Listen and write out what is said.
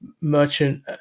merchant